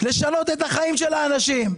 לשנות את החיים של האנשים.